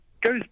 goes